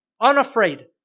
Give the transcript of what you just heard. unafraid